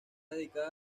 dedicada